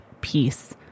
peace